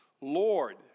Lord